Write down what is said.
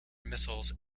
missiles